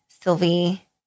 Sylvie